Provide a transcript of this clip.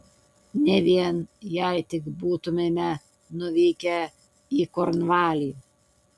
ne vien jei tik būtumėme nuvykę į kornvalį